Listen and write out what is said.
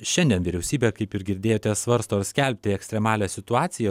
šiandien vyriausybė kaip ir girdėjote svarsto ar skelbti ekstremalią situaciją